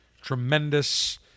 tremendous